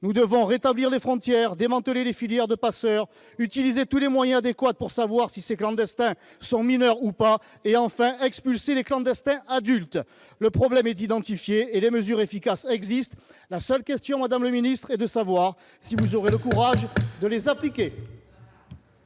Nous devons rétablir les frontières, démanteler les filières de passeurs, utiliser tous les moyens adéquats pour savoir si ces clandestins sont mineurs ou pas, et enfin expulser les clandestins adultes. Le problème est identifié et les mesures efficaces existent. La seule question, madame la ministre, est de savoir si vous aurez le courage de les appliquer.